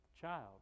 child